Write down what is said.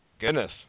goodness